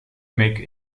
make